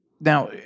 Now